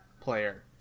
player